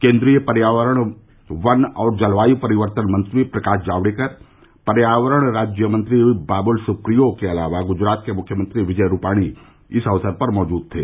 केन्द्रीय पर्यावरण वन और जलवायू परिवर्तन मंत्री प्रकाश जावड़ेकर पर्यावरण राज्यमंत्री बाबुल सुप्रियो के अलावा गुजरात के मुख्यमंत्री विजय रूपाणी भी इस अवसर पर मौजूद थे